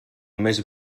més